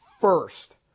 first